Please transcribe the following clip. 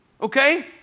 Okay